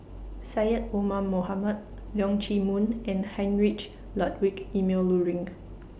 Syed Omar Mohamed Leong Chee Mun and Heinrich Ludwig Emil Luering